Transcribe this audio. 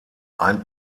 ein